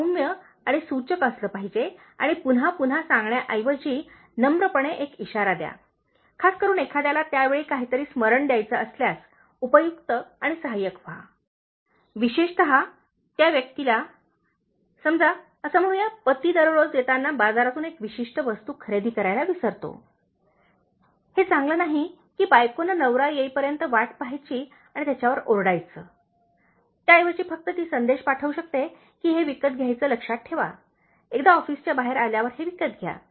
आपण सौम्य आणि सूचक असले पाहिजे आणि पुन्हा पुन्हा सांगण्याऐवजी नम्रपणे एक इशारा द्या खासकरून एखाद्याला त्या वेळी काहीतरी स्मरण द्यायचे असल्यास उपयुक्त आणि सहाय्यक व्हा विशेषत त्या व्यक्तीला समजा असे म्हणू या पती दररोज येताना बाजारातून एक विशिष्ट वस्तू खरेदी करायला विसरतो हे चांगले नाही की बायकोने नवरा येईपर्यंत वाट पहायची आणि त्याच्यावर ओरडायचे त्याऐवजी फक्त ती संदेश पाठवू शकते की हे विकत घ्यायचे लक्षात ठेवा एकदा ऑफिसच्या बाहेर आल्यावर हे विकत घ्या